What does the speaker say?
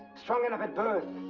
strong enough at birth.